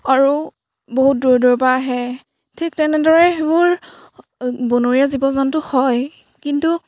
আৰু বহুত দূৰ দূৰৰ পৰা আহে ঠিক তেনেদৰে সেইবোৰ বনৰীয়া জীৱ জন্তু হয় কিন্তু